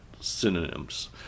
synonyms